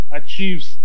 achieves